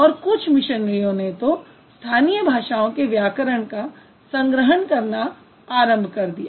और कुछ मिशनरियों ने तो स्थानीय भाषाओं के व्याकरण का संग्रहण करना आरंभ कर दिया